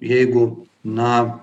jeigu na